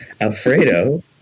Alfredo